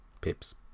Pips